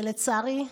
ולצערי,